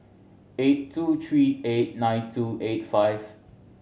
eight two three eight nine two eight five